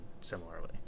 similarly